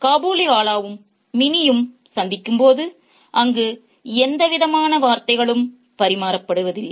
காபூலிவாலாவும் மினியும் சந்திக்கும் போது அங்கு எந்தவிதமான வார்த்தைகளும் பரிமாறப்படுவதில்லை